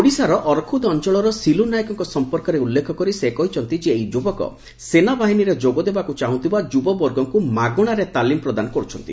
ଓଡ଼ିଶାର ଅରଖୁଦ ଅଞ୍ଚଳର ସିଲୁ ନାୟକଙ୍କ ସଂପର୍କରେ ଉଲ୍ଲେଖ କରି ସେ କହିଛନ୍ତି ଯେ ଏହି ଯୁବକ ସେନାବାହିନୀରେ ଯୋଗଦେବାକୁ ଚାହୁଁଥିବା ଯୁବବର୍ଗଙ୍କୁ ମାଗଣାରେ ତାଲିମ ପ୍ରଦାନ କରୁଛନ୍ତି